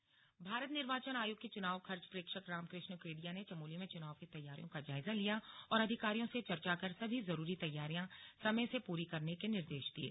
slug Chamoli प्रेक्षक भारत निर्वाचन आयोग के चुनाव खर्च प्रेक्षक राम कृष्ण केडिया ने चमोली में चुनाव की तैयारियों का जायजा लिया और अधिकारियों से चर्चा कर सभी जरूरी तैयारियां समय से पूरी करने के निर्देश दिये